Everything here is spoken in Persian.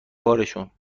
کارشون